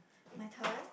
my turn